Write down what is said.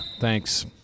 Thanks